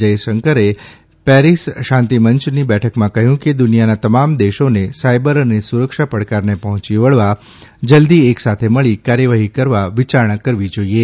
જયશંકરે પરીસ શાંતિમંચની બેઠકમાં કહયું કે દુનિયાના તમામ દેશોને સાયબર અને સુરક્ષા પડકારને પહોયી વળવા જલ્દી એક સાથે મળી કાર્યવાહી કરવા વિચારણા કરવી જોઇએ